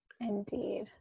Indeed